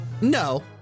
no